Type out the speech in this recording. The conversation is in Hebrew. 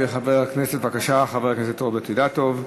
חבר הכנסת רוברט אילטוב,